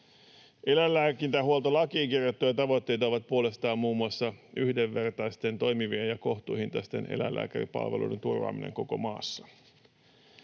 Eläinlääkintähuoltolakiin kirjattuja tavoitteita on puolestaan muun muassa yhdenvertaisten, toimivien ja kohtuuhintaisten eläinlääkäripalveluiden turvaaminen koko maassa.